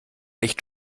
echt